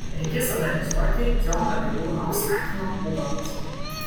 reikės analizuoti jono biliūno apsakymą ubagas